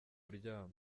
kuryama